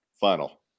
final